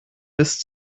bis